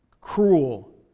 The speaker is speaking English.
cruel